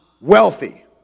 wealthy